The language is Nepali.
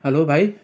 हेलो भाइ